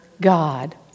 God